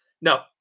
No